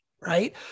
right